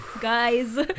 guys